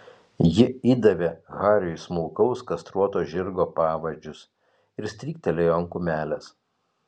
ji įdavė hariui smulkaus kastruoto žirgo pavadžius ir stryktelėjo ant kumelės